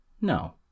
No